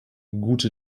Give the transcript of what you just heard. gute